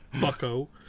bucko